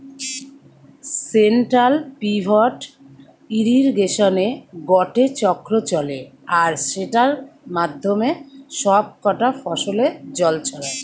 central pivot ইর্রিগেশনে গটে চক্র চলে আর সেটার মাধ্যমে সব কটা ফসলে জল ছড়ায়